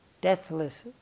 deathless